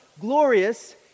glorious